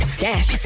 sex